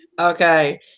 Okay